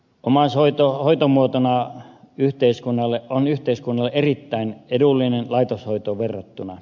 omaishoito hoitomuotona on yhteiskunnalle erittäin edullinen laitoshoitoon verrattuna